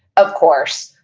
of course,